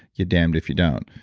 you're damned if you don't.